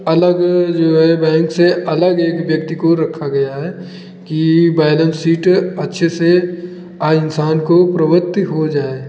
अलग जो है बैंक से अलग एक व्यक्ति को रखा गया है कि बैलेंस शीट अच्छे से आए इन्सान को प्रवृत्ति हो जाए